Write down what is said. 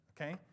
Okay